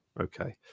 Okay